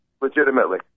legitimately